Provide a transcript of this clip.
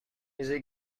easy